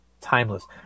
timeless